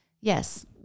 Yes